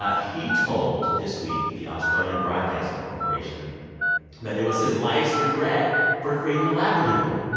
ah he told this week the australian broadcasting corporation that it was his life's regret for creating the labradoodle.